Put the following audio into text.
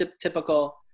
typical